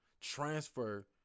transfer